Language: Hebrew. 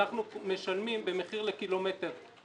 אנחנו משלמים במחיר לק"מ.